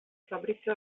fabrizio